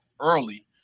early